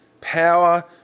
power